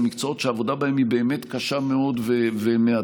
למקצועות שהעבודה בהם היא באמת קשה מאוד ומאתגרת,